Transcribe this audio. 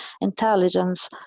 intelligence